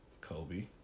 Kobe